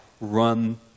run